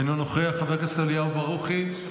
אינו נוכח, חבר הכנסת אליהו ברוכי,